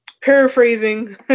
paraphrasing